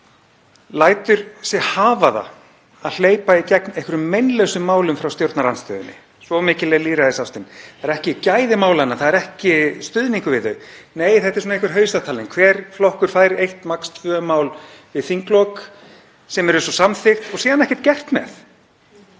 lætur sig hafa það að hleypa í gegn einhverjum meinlausum málum frá stjórnarandstöðunni, svo mikil er lýðræðisástin. Það eru ekki gæði málanna. Það er ekki stuðningur við þau. Nei, þetta er einhver hausatalning. Hver flokkur fær eitt mál, max tvö mál við þinglok sem eru samþykkt og síðan ekkert gert með.